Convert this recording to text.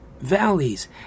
valleys